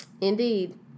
indeed